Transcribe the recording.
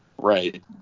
Right